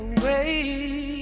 away